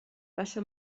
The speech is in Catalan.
passa